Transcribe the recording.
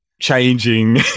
changing